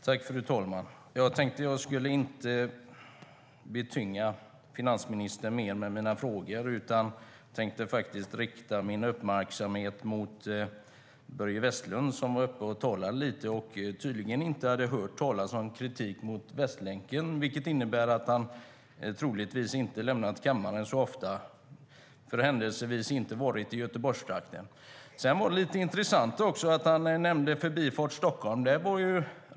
Sedan var det även lite intressant att han nämnde Förbifart Stockholm.